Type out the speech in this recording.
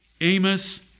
Amos